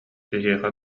киһиэхэ